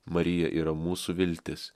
marija yra mūsų viltis